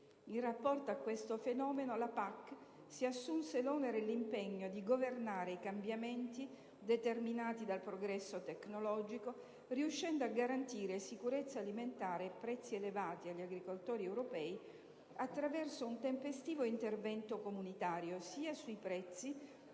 In rapporto a questo fenomeno, la PAC si assunse l'onere e l'impegno di governare i cambiamenti determinati dal progresso tecnologico, riuscendo a garantire sicurezza alimentare e prezzi elevati agli agricoltori europei, attraverso un tempestivo intervento comunitario, sia sui prezzi,